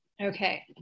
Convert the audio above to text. Okay